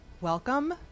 welcome